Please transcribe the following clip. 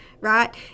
right